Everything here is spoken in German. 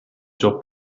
job